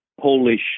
Polish